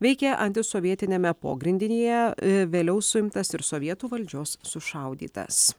veikė antisovietiniame pogrindyje vėliau suimtas ir sovietų valdžios sušaudytas